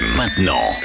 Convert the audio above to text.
maintenant